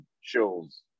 shows